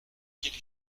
qu’il